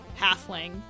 halfling